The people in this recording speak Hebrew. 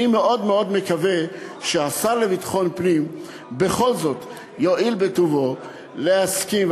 אני מאוד מקווה שהשר לביטחון פנים בכל זאת יואיל בטובו להסכים.